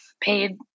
paid